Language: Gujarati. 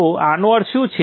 તો આનો અર્થ શું છે